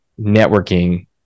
networking